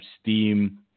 steam